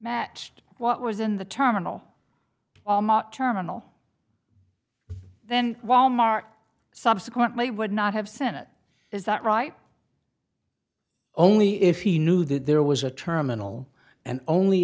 matched what was in the terminal terminal then wal mart subsequently would not have senate is that right only if he knew that there was a terminal and only